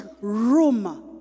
room